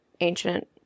ancient